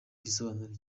igisobanuro